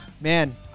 man